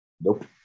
Nope